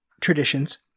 traditions